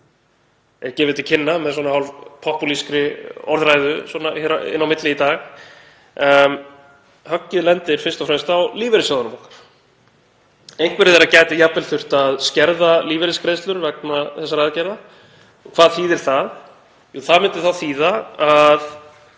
og gefið er til kynna með hálfpopúlískri orðræðu inni á milli hér í dag. Höggið lendir fyrst og fremst á lífeyrissjóðunum okkar. Einhverjir þeirra gætu jafnvel þurft að skerða lífeyrisgreiðslur vegna þessara aðgerða. Hvað þýðir það? Það myndi þýða að